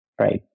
right